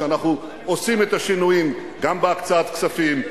שאנחנו עושים את השינויים גם בהקצאת כספים,